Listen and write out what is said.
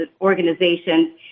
organizations